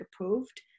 approved